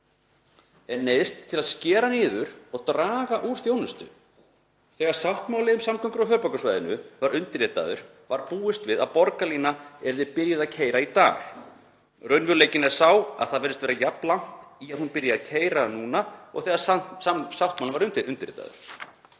en neyðumst til að skera niður og draga úr þjónustu. Þegar sáttmáli um samgöngur á höfuðborgarsvæðinu var undirritaður var búist við að borgarlína yrði byrjuð að keyra í dag. Raunveruleikinn er sá að það virðist vera jafn langt í að byrjað verði að keyra núna og þegar sáttmálinn var undirritaður.